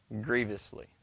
grievously